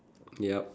yup